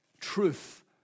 truth